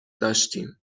داشتیم